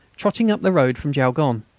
trotting up the road from jaulgonne.